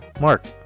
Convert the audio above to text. Mark